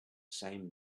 same